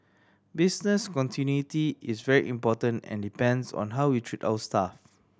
business continuity is very important and depends on how we treat our staff